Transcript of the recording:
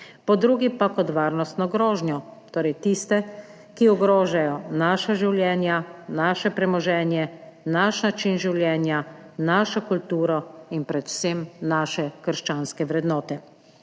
po drugi pa kot varnostno grožnjo, torej tiste, ki ogrožajo naša življenja, naše premoženje, naš način življenja, našo kulturo in predvsem naše krščanske vrednote.